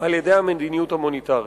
מהמדיניות המוניטרית.